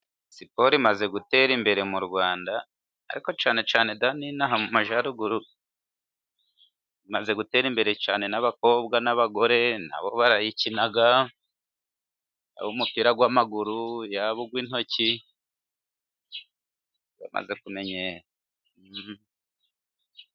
Siporo imaze gutera imbere mu Rwanda, ariko cyane cyane inaha mu Majyaruguru bimaze gutera imberecyane,b n'abakobwa n'abagore bakina umupira w'amaguru, yaba uw'intoki, bimaze kumenyera.